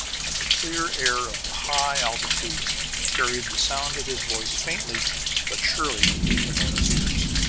and the clear air of the high altitudes carried the sound of his voice faintly but surely to mona's ears.